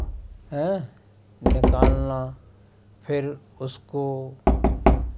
हें निकालना फिर उसको